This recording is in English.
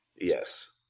Yes